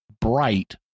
bright